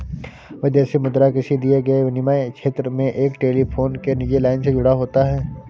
विदेशी मुद्रा किसी दिए गए विनिमय क्षेत्र में एक टेलीफोन एक निजी लाइन से जुड़ा होता है